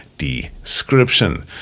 description